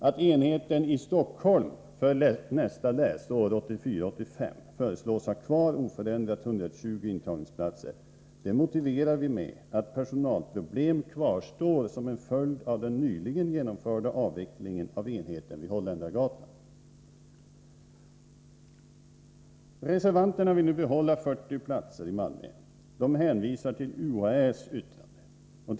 Att enheten i Stockholm, med 120 intagningsplatser, föreslås vara oförändrad läsåret 1984/85, motiveras med att personalproblem kvarstår där som en följd av den nyligen genomförda avvecklingen av enheten på Holländargatan. Reservanterna vill behålla 40 platser i Malmö. De hänvisar till UHÄ:s yttrande.